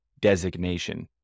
designation